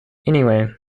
anyway